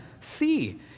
See